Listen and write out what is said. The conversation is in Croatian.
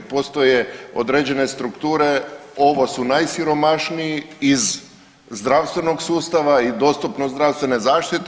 Postoje određene strukture, ovo su najsiromašniji iz zdravstvenog sustava i dostupnost zdravstvene zaštite.